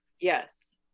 Yes